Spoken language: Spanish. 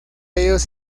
ellos